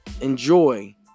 enjoy